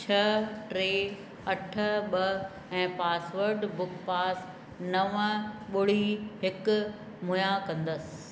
छह टै अठ ॿ ऐं पासवर्ड बुक पास नव ॿुड़ी हिकु मुहैया कंदसि